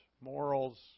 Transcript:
morals